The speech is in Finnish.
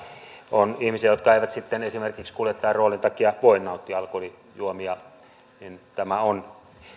on ihmisiä jotka eivät sitten esimerkiksi kuljettajaroolin takia voi nauttia alkoholijuomia tämä on